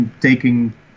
taking